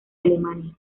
alemania